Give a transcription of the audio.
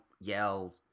yell